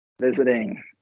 Visiting